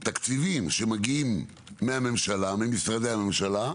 גם התקציבים שמגיעים מהממשלה, ממשרדי הממשלה,